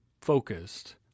focused